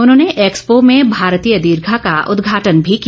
उन्होंने एक्सपो में भारतीय दीर्घा का उद्घाटन भी किया